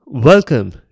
Welcome